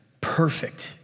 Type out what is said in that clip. Perfect